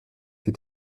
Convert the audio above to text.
die